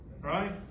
Right